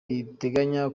riteganya